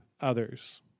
others